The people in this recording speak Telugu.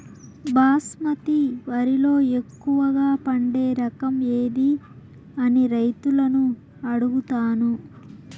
బాస్మతి వరిలో ఎక్కువగా పండే రకం ఏది అని రైతులను అడుగుతాను?